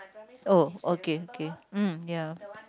oh okay okay mm ya